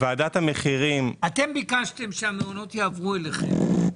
אתם ביקשתם שהמעונות יעברו אליכם,